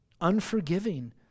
unforgiving